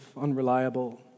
unreliable